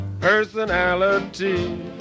personality